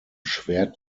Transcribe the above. schwert